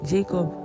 Jacob